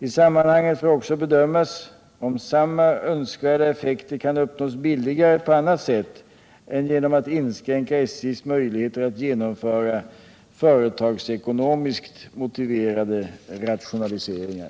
I sammanhanget får också bedömas om samma önskvärda effekter kan uppnås billigare på annat sätt än genom att inskränka SJ:s möjligheter att genomföra företagsekonomiskt motiverade rationaliseringar.